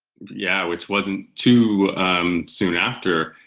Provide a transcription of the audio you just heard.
yeah which wasn't too um soon after